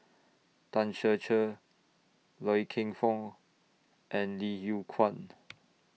Tan Ser Cher Loy Keng Foo and Li Yew Kuan